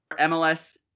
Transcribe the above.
MLS